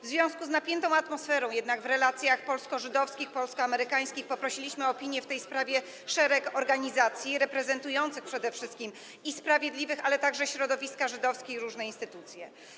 W związku z napiętą atmosferą jednak w relacjach polsko-żydowskich, polsko-amerykańskich poprosiliśmy o opinię w tej sprawie szereg organizacji reprezentujących przede wszystkim sprawiedliwych, ale także środowiska żydowskie i różne inne instytucje.